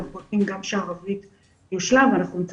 אנחנו ממתינים גם שהערבית תושלם ואנחנו נצא